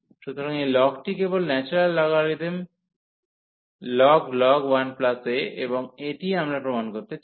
সুতরাং এই লগটি কেবল ন্যাচারাল লোগারিদমিক log 1a এবং এটিই আমরা প্রমাণ করতে চাই